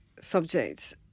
subject